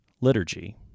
liturgy